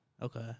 Okay